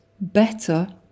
better